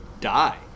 die